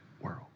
world